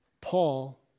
Paul